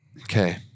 okay